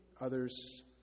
others